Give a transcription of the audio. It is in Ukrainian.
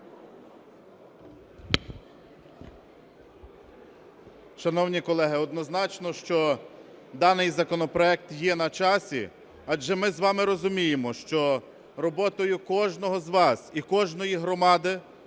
Шановні колеги, однозначно, що даний законопроект є на часі, адже ми з вами розуміємо, що роботою кожного з вас і кожної громади